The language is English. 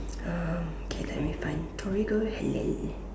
uh okay let me find Torigo halal